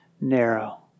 narrow